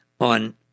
on